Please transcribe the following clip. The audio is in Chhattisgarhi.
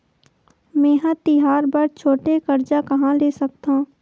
मेंहा तिहार बर छोटे कर्जा कहाँ ले सकथव?